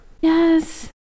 Yes